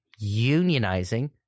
unionizing